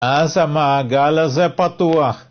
אז המעגל הזה פתוח